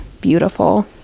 beautiful